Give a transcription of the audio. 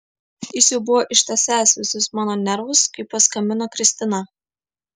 jis jau buvo ištąsęs visus mano nervus kai paskambino kristina